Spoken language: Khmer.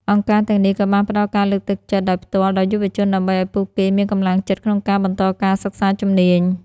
អង្គការទាំងនេះក៏បានផ្តល់ការលើកទឹកចិត្តដោយផ្ទាល់ដល់យុវជនដើម្បីឱ្យពួកគេមានកម្លាំងចិត្តក្នុងការបន្តការសិក្សាជំនាញ។